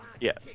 Yes